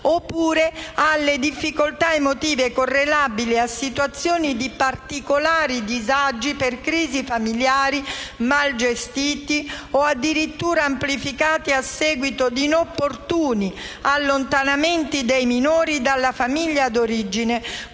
oppure alle difficoltà emotive correlabili a situazioni di particolari disagi per crisi familiari, mal gestiti o addirittura amplificati a seguito di inopportuni allontanamenti del minore dalla famiglia d'origine,